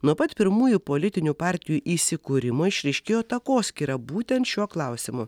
nuo pat pirmųjų politinių partijų įsikūrimo išryškėjo takoskyra būtent šiuo klausimu